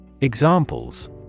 Examples